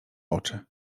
oczy